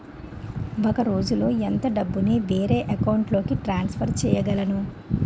ఒక రోజులో ఎంత డబ్బుని వేరే అకౌంట్ లోకి ట్రాన్సఫర్ చేయగలను?